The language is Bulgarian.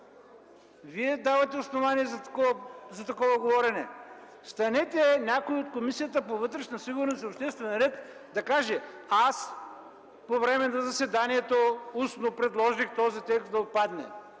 Вие давате основания за такова говорене. Нека да стане някой от Комисията по вътрешна сигурност и обществен ред и да каже: „Аз по време на заседанието устно предложих този текст да отпадне.”